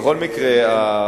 בכל מקרה,